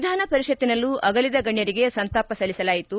ವಿಧಾನ ಪರಿಷತ್ತಿನಲ್ಲೂ ಆಗಲಿದ ಗಣ್ಣರಿಗೆ ಸಂತಾಪ ಸಲ್ಲಿಸಲಾಯಿತು